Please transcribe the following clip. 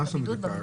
מה מדובר?